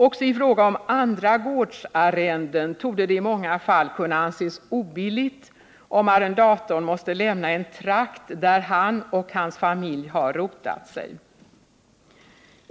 Också i fråga om andra gårdsarrenden torde det i många fall kunna anses obilligt, om arrendatorn måste lämna en trakt, där han och hans familj har rotat sig.